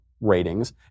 ratings